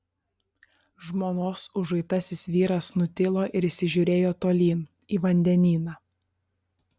žmonos užuitasis vyras nutilo ir įsižiūrėjo tolyn į vandenyną